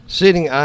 sitting